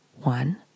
one